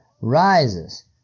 rises